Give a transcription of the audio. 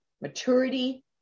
maturity